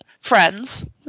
friends